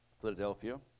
Philadelphia